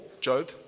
Job